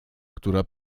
która